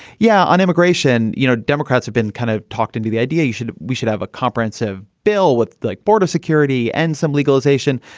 yeah, on immigration, you know, democrats have been kind of talked into the idea that we should have a comprehensive bill with like border security and some legalization.